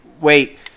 wait